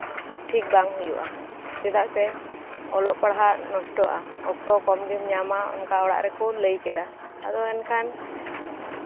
ᱴᱷᱤᱠ ᱵᱟᱝ ᱦᱩᱭᱩᱜᱼᱟ ᱪᱮᱫᱟᱜ ᱥᱮ ᱚᱞᱚᱜ ᱯᱟᱲᱦᱟᱜ ᱱᱚᱥᱴᱚᱜᱼᱟ ᱚᱠᱛᱚ ᱠᱚ ᱠᱚᱢ ᱜᱤᱧ ᱧᱟᱢᱟ ᱚᱱᱠᱟ ᱚᱲᱟᱜ ᱨᱮᱠᱚ ᱞᱟᱹᱭ ᱠᱮᱫᱟ ᱟᱫᱚ ᱮᱱᱠᱷᱟᱱ